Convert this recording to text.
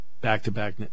back-to-back